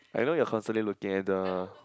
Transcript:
I know you're constantly looking at the